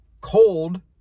Cold